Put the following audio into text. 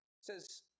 says